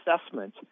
assessment